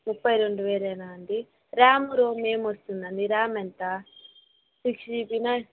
ముప్పై రెండు వేలేనా అండి ర్యాం రోం ఏం వస్తుంది అండి ర్యాం ఎంత సిక్స్ జీబీనా